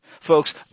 Folks